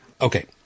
Okay